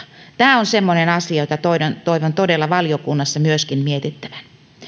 tämä on semmoinen asia jota toivon todella valiokunnassa myöskin mietittävän